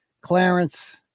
Clarence